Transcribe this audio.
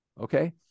okay